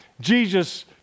Jesus